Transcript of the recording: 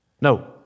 No